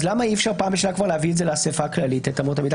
אז למה אי-אפשר פעם בשנה להביא את זה לאסיפה הכללית את אמות המידה,